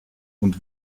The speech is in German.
und